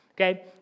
Okay